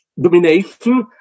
domination